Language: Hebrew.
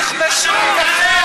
תכבשו.